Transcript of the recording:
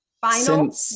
Final